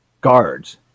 guards